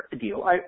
deal